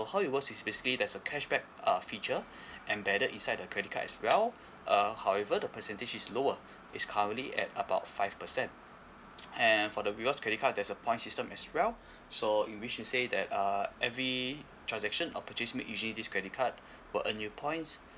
how it works is basically there's a cashback uh feature embedded inside the credit card as well uh however the percentage is lower it's currently at about five percent and for the rewards credit card there's a point system as well so you wish to say that uh every transaction or purchase made usually this credit card will earn you a new points